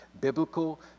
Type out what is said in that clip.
biblical